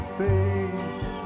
face